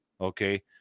Okay